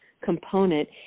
component